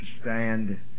stand